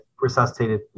resuscitated